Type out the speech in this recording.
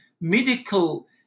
medical